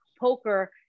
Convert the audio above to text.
poker